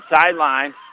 sideline